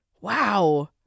Wow